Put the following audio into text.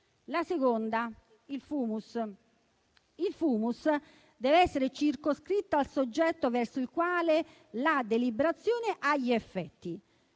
La seconda valutazione: il *fumus* deve essere circoscritto al soggetto verso il quale la deliberazione ha gli effetti.